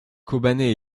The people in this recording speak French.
kobané